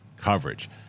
coverage